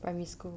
primary school